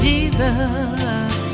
Jesus